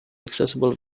accessible